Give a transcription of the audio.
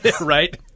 right